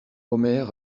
omer